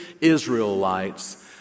Israelites